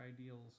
ideals